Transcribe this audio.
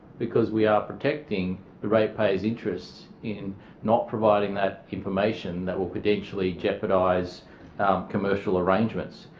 because we are protecting the ratepayers' interests in not providing that information that will potentially jeopardise commercial arrangements.